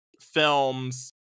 films